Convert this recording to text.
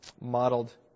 modeled